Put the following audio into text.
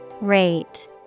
Rate